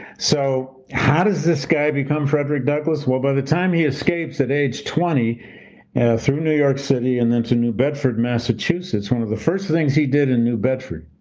so how does this guy become frederick douglass? well, by the time he escapes at age twenty through new york city and then to new bedford, massachusetts, one of the first things he did in new bedford